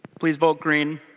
please vote screen.